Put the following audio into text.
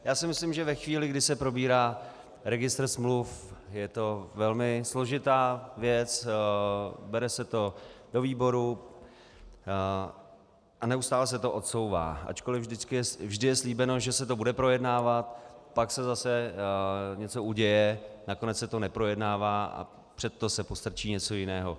Já si myslím, že ve chvíli, kdy se probírá registr smluv, je to velmi složitá věc, bere se to do výborů a neustále se to odsouvá, ačkoli vždy je slíbeno, že se to bude projednávat, pak se zase něco uděje, nakonec se to neprojednává a před to se postrčí něco jiného.